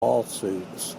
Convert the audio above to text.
lawsuits